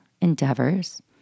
endeavors